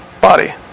body